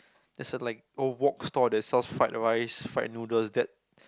there's a like old walk stall that sells fried rice fried noodles that